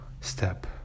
step